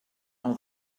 all